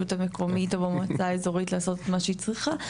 המקומית או במועצה האזורית לעשות מה שהיא צריכה.